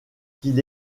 qu’il